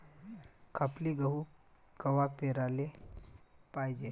खपली गहू कवा पेराले पायजे?